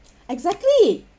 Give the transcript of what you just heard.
exactly